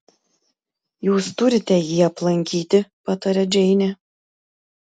jūs turite jį aplankyti pataria džeinė